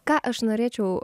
ką aš norėčiau